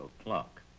o'clock